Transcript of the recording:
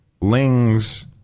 Ling's